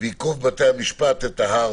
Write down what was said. ו"ייקוב בית המשפט את ההר",